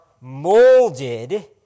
molded